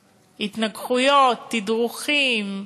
התנגחויות, תדרוכים.